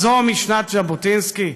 הזו משנת ז'בוטינסקי?